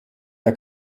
der